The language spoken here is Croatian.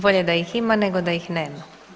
Bolje da ih ima, nego da ih nema.